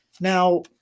Now